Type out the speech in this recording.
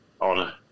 honor